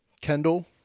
Kendall